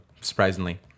surprisingly